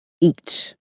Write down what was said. Eat